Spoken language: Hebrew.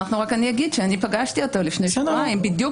רק אגיד שפגשתי אותו לפני שבועיים בדיוק